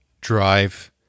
drive